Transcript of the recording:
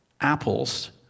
apples